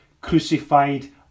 crucified